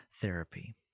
therapy